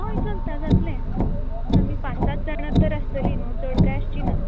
हय चलता जातलें आमी पांच सात जाणा तर आसतली न्हूं चड कांय आसची ना